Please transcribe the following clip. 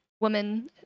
woman